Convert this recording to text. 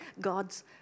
God's